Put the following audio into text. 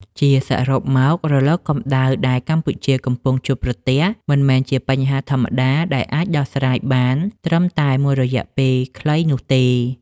ជាសរុបមក រលកកម្ដៅដែលកម្ពុជាកំពុងជួបប្រទះ មិនមែនជាបញ្ហាធម្មតាដែលអាចដោះស្រាយបានត្រឹមតែមួយរយៈពេលខ្លីនោះទេ។